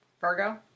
Virgo